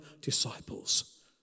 disciples